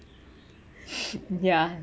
ya